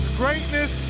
greatness